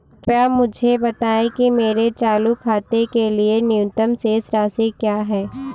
कृपया मुझे बताएं कि मेरे चालू खाते के लिए न्यूनतम शेष राशि क्या है?